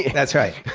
that's right.